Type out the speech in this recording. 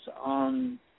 on